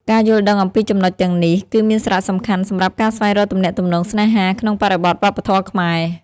ការយល់ដឹងអំពីចំណុចទាំងនេះ គឺមានសារៈសំខាន់សម្រាប់ការស្វែងរកទំនាក់ទំនងស្នេហាក្នុងបរិបទវប្បធម៌ខ្មែរ។